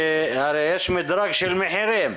יש מדרג של מחירים.